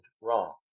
wrong